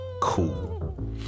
Cool